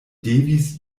devis